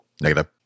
Negative